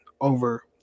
over